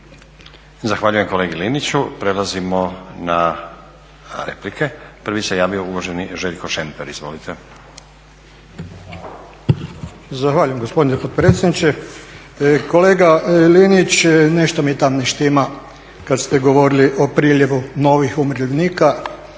Zahvaljujem kolegi Liniću. Prelazimo na replike. Prvi se javio uvaženi Željko Šemper. Izvolite. **Šemper, Željko (HSU)** Zahvaljujem gospodine potpredsjedniče. Kolega Linić, nešto mi tam ne štima kada ste govorili o priljevu novih umirovljenika.